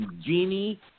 genie